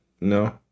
no